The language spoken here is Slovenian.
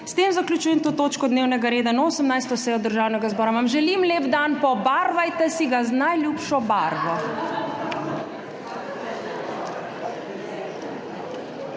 S tem zaključujem to točko dnevnega reda in 18. sejo Državnega zbora. Želim vam lep dan! Pobarvajte si ga z najljubšo barvo.